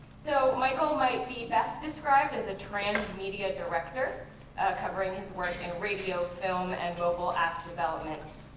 so michael might be best described as a transmedia director covering his work in radio, film, and mobile app development.